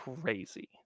crazy